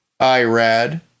Irad